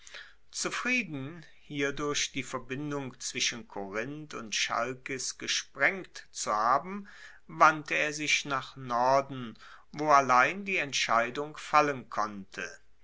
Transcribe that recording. zufrieden hierdurch die verbindung zwischen korinth und chalkis gesprengt zu haben wandte er sich nach norden wo allein die entscheidung fallen konnte